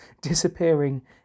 disappearing